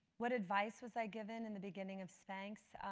what advice was i given in the beginning of spanx?